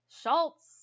Schultz